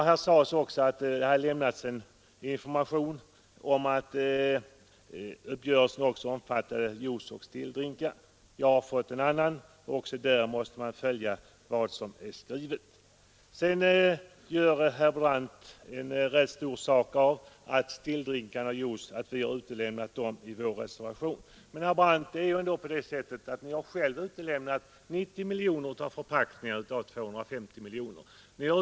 Här sades också att det hade lämnats information om att uppgörelsen också omfattade juice och stilldrinkar, men jag har fått en annan uppfattning. Även där måste man följa vad som är skrivet. Sedan gör herr Brandt rätt stor sak av att vi har utelämnat stilldrinkar och juice i vår reservation. Men, herr Brandt, ni har själva utelämnat 90 miljoner av 250 miljoner förpackningar.